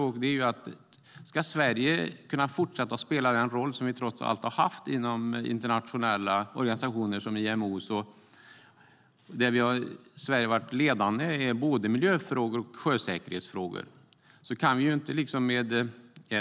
Frågan är om Sverige ska kunna fortsätta spela den roll som vi har haft inom internationella organisationer som IMO, där Sverige har varit ledande i både miljöfrågor och sjösäkerhetsfrågor.